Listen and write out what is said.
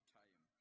time